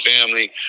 family